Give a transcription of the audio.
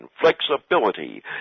Flexibility